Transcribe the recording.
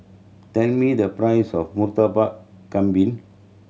tell me the price of Murtabak Kambing